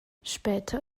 später